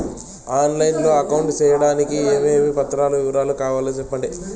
On line లో account సేయడానికి ఏమేమి పత్రాల వివరాలు కావాలో సెప్పండి?